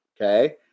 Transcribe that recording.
Okay